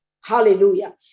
Hallelujah